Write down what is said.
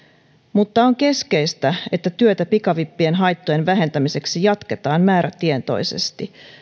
mutta on keskeistä että työtä pikavippien haittojen vähentämiseksi jatketaan määrätietoisesti